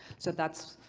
so that's,